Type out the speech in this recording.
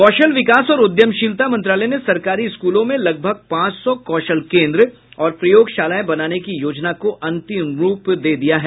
कौशल विकास और उद्यमशीलता मंत्रालय ने सरकारी स्कूलों में लगभग पांच सौ कौशल केन्द्र और प्रयोगशालाएं बनाने की योजना को अंतिम रूप दे दिया है